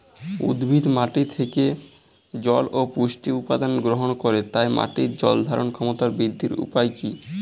উদ্ভিদ মাটি থেকে জল ও পুষ্টি উপাদান গ্রহণ করে তাই মাটির জল ধারণ ক্ষমতার বৃদ্ধির উপায় কী?